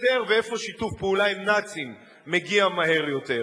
ואיפה שיתוף פעולה עם נאצים מגיע מהר יותר.